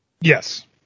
Yes